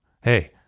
Hey